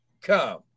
come